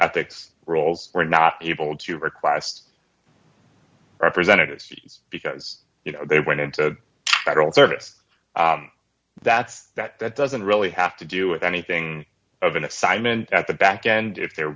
at this rolls were not able to request representatives because you know they went into a federal service that's that that doesn't really have to do with anything of an assignment at the backend if there